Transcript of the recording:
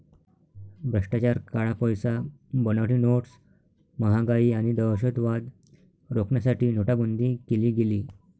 भ्रष्टाचार, काळा पैसा, बनावटी नोट्स, महागाई आणि दहशतवाद रोखण्यासाठी नोटाबंदी केली गेली